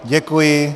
Děkuji.